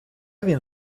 він